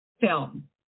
Film